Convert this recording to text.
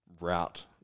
route